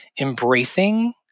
embracing